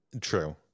True